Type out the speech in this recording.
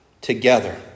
together